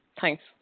Thanks